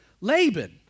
Laban